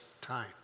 time